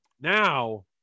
now